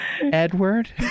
Edward